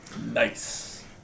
Nice